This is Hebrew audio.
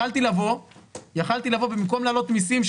יכולתי לבוא ובמקום להעלות מסים,